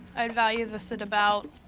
i'd value this at about.